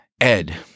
Ed